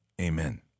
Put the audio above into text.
Amen